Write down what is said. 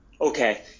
Okay